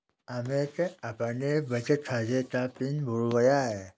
अमित अपने बचत खाते का पिन भूल गया है